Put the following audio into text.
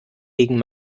gegen